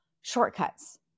shortcuts